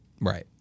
Right